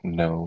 no